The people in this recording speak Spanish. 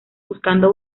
buscando